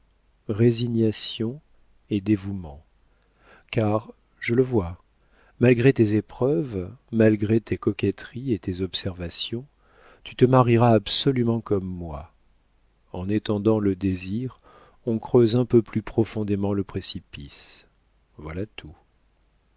résignation et dévouement car je le vois malgré les épreuves malgré tes coquetteries et tes observations tu te marieras absolument comme moi en étendant le désir on creuse un peu plus profond le précipice voilà tout